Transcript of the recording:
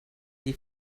die